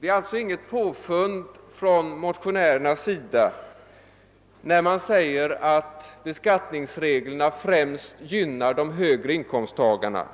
Det är alltså inget påfund från motionärernas sida när det sägs att beskattningsreglerna främst gynnar de högre inkomsttagarna.